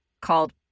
called